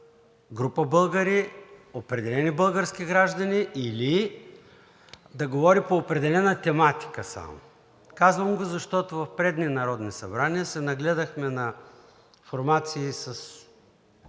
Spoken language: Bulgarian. група българи, определени български граждани или да говори само по определена тематика. Казвам го, защото в предни народни събрания се нагледахме на формации,